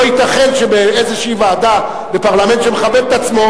לא ייתכן שבאיזו ועדה בפרלמנט שמכבד את עצמו,